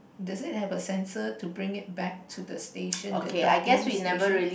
did it has a sensor to bring it back to the station the docking station